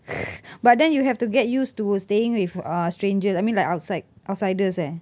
but then you have to get used to staying with a stranger I mean like outside~ outsiders eh